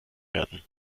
werden